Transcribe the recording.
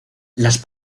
las